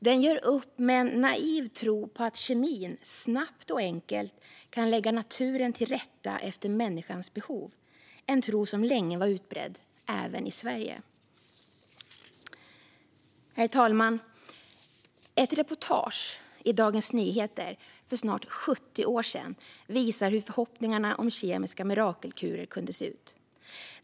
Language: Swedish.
Den gör upp med en naiv tro på att kemin snabbt och enkelt kan lägga naturen till rätta efter människans behov, en tro som länge var utbredd även i Sverige. Herr talman! Ett reportage i Dagens Nyheter för snart 75 år sedan visar hur förhoppningarna om kemiska mirakelkurer kunde se ut.